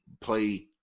play